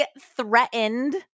threatened